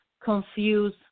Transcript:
confuse